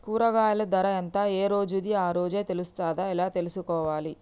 కూరగాయలు ధర ఎంత ఏ రోజుది ఆ రోజే తెలుస్తదా ఎలా తెలుసుకోవాలి?